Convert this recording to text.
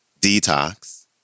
Detox